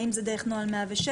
האם זה דרך נוהל 106?